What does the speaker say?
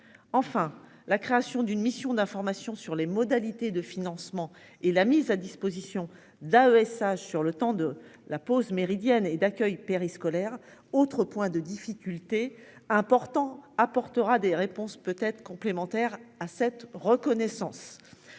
Enfin la création d'une mission d'information sur les modalités de financement, et la mise à disposition d'AESH sur le temps de la pause méridienne et d'accueil périscolaire. Autre point de difficulté important apportera des réponses peut être complémentaire à cette reconnaissance.